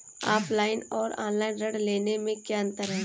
Offline और online ऋण लेने में क्या अंतर है?